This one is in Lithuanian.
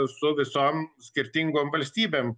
su visom skirtingom valstybėm